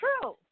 true